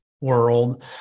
world